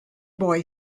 boy